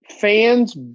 fans